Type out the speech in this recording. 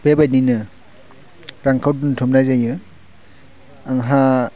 बेबायदिनो रांखौ दोनथुमनाय जायो आंहा